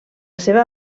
seva